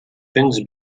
cents